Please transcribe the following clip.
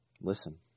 Listen